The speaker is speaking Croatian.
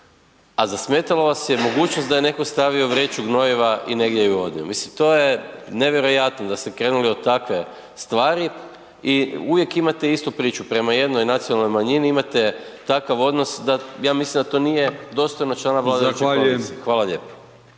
A zasmetala vas je mogućnost da je neko stavio vreću gnojiva i negdje ju odnio. Mislim to je nevjerojatno da ste krenuli od takve stvari i uvijek imate istu priču. Prema jednoj nacionalnoj manjini imate takav odnos da to nije dostojno člana vladajuće koalicije. Hvala lijepo.